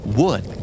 wood